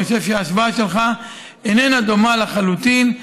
אני חושב שההשוואה שלך איננה דומה לחלוטין.